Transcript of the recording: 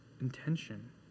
intention